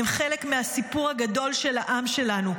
הם חלק מהסיפור הגדול של העם שלנו.